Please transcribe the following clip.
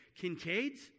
Kincaids